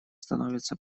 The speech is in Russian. становятся